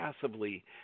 passively